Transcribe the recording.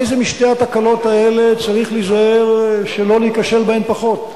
איזו משתי התקלות האלה צריך להיזהר שלא להיכשל בה פחות?